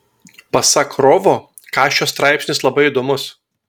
pasak rovo kašio straipsnis labai įdomus